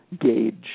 gauge